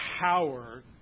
power